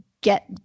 get